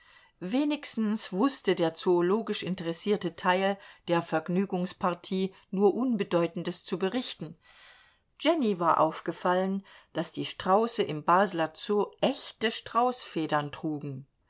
wenigstens wußte der zoologisch interessierte teil der vergnügungspartie nur unbedeutendes zu berichten jenny war aufgefallen daß die strauße im basler zoo echte straußfedern trugen